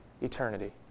eternity